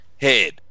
head